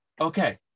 Okay